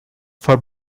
for